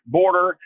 border